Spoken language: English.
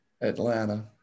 Atlanta